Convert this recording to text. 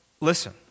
listen